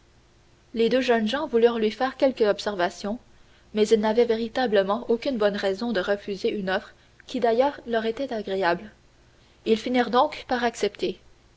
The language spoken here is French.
les deux jeunes gens voulurent lui faire quelque observation mais ils n'avaient véritablement aucune bonne raison de refuser une offre qui d'ailleurs leur était agréable ils finirent donc par accepter